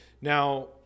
Now